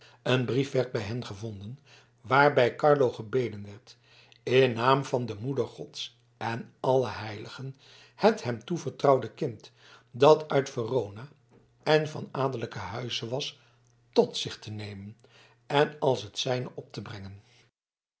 een brief werd bij hen gevonden waarbij carlo gebeden werd in naam van de moeder gods en van alle heiligen het hem toevertrouwde kind dat uit verona en van adellijken huize was tot zich te nemen en als het zijne op te brengen